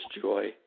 joy